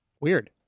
Weird